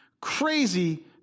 crazy